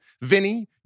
Vinny